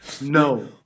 No